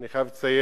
אני חייב לציין,